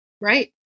Right